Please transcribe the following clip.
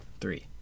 three